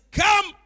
come